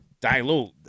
Dilute